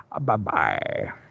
Bye-bye